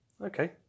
Okay